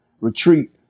retreat